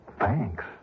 Thanks